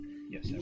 Yes